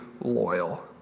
loyal